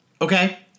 Okay